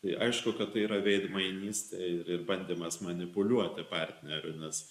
tai aišku kad tai yra veidmainystė ir bandymas manipuliuoti partneriu nes